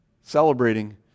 celebrating